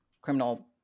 criminal